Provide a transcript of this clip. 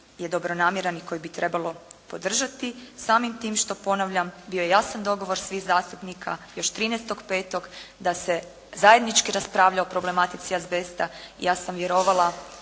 je dobronamjeran i koji bi trebalo podržati, samim tim što ponavljam bio je jasan dogovor svih zastupnika još 13.5. da se zajednički raspravlja o problematici azbesta i ja sam vjerovala